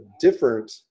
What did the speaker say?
different